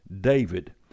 David